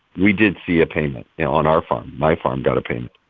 we did see a payment yeah on our farm. my farm got a payment.